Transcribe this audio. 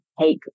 take